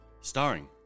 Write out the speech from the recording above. starring